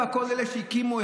כל אלה שהקימו,